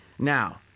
Now